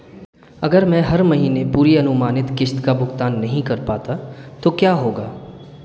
अगर मैं हर महीने पूरी अनुमानित किश्त का भुगतान नहीं कर पाता तो क्या होगा?